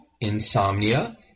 insomnia